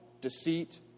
deceit